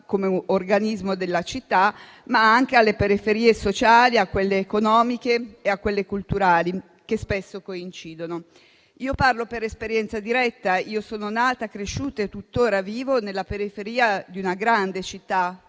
come organismo della città, ma anche alle periferie sociali, a quelle economiche e a quelle culturali, che spesso coincidono. Io parlo per esperienza diretta. Io sono nata, cresciuta e tuttora vivo nella periferia di una grande città